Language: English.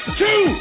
two